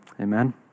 Amen